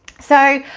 so,